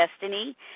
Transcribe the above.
destiny